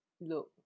look